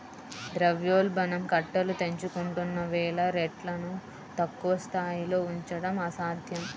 ద్రవ్యోల్బణం కట్టలు తెంచుకుంటున్న వేళ రేట్లను తక్కువ స్థాయిలో ఉంచడం అసాధ్యం